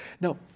Now